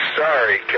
sorry